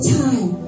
time